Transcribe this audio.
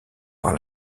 par